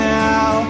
now